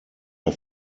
der